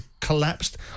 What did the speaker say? collapsed